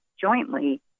jointly